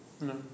No